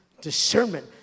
discernment